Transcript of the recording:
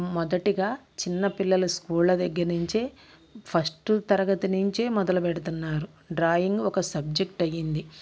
మొదటిగా చిన్న పిల్లల స్కూళ్ళ దగ్గర నుంచే ఫస్ట్ తరగతి నుంచే మొదలు పెడుతున్నారు డ్రాయింగ్ ఒక సబ్జెక్ట్ అయింది